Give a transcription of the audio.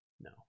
No